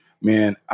man